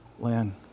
Lynn